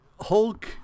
Hulk